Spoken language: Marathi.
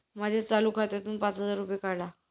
माझ्या चालू खात्यातून पाच हजार रुपये काढा